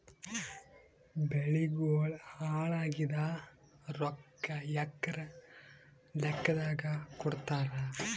ಬೆಳಿಗೋಳ ಹಾಳಾಗಿದ ರೊಕ್ಕಾ ಎಕರ ಲೆಕ್ಕಾದಾಗ ಕೊಡುತ್ತಾರ?